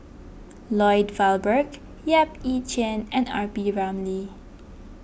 Lloyd Valberg Yap Ee Chian and R P Ramlee